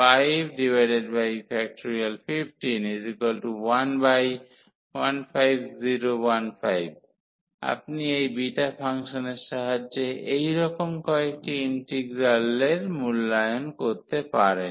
115015 আপনি এই বিটা ফাংশনের সাহায্যে এই রকম কয়েকটি ইন্টিগ্রালের মূল্যায়ন করতে পারেন